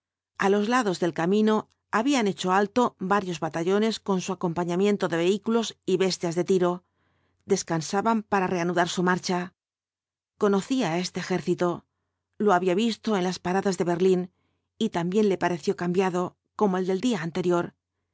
a los lados del camino habían hecho alto varios batallones con su acompañamiento de vehículos y bestias de tiro descansaban para reanudar su marcha conocía á este ejército lo había visto en las paradas de berlín y también le pareció cambiado pomo el del día anterior